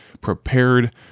prepared